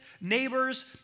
neighbors